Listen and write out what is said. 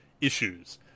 issues